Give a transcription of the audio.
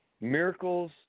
Miracles